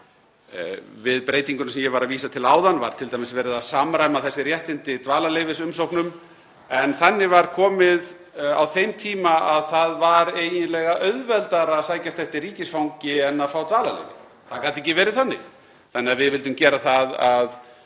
Við breytinguna sem ég var að vísa til áðan var t.d. verið að samræma þessi réttindi dvalarleyfisumsóknum en þannig var komið á þeim tíma að það var eiginlega auðveldara að sækjast eftir ríkisfangi en fá dvalarleyfi. Það gat ekki verið þannig. Við vildum því gera það að